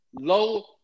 low